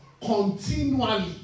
continually